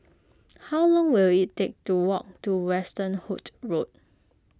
how long will it take to walk to Westerhout Road